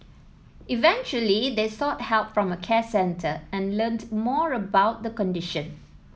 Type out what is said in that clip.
eventually they sought help from a care centre and learnt more about the condition